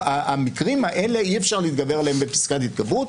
המקרים האלה, אי-אפשר להתגבר עליהם בפסקת התגברות.